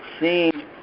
seen